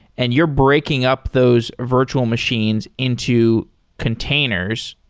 and you're breaking up those virtual machines into containers,